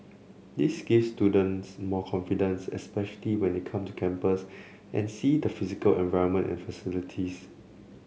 this gives students more confidence especially when they come to campus and see the physical environment and facilities